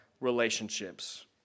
relationships